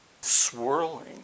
swirling